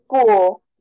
school